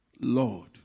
Lord